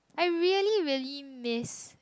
I really really miss